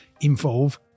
involve